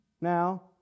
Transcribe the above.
Now